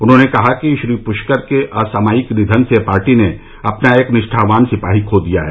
उन्होंने कहा कि श्री पुष्कर के असामयिक निधन से पार्टी ने अपना एक निष्ठावान सिपाही खो दिया है